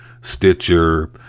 Stitcher